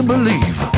believe